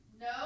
No